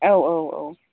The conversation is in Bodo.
औ औ औ